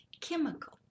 chemical